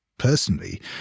personally